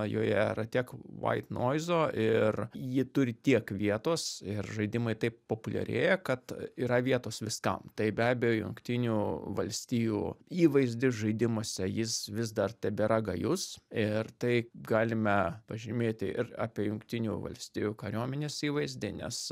joje yra tiek vaitnoizo ir ji turi tiek vietos ir žaidimai taip populiarėja kad yra vietos viskam tai be abejo jungtinių valstijų įvaizdis žaidimuose jis vis dar tebėra gajus ir tai galime pažymėti ir apie jungtinių valstijų kariuomenės įvaizdį nes